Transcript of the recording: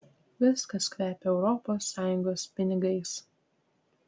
viskas kvepia europos sąjungos pinigais